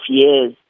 years